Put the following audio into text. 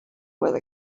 with